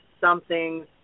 something's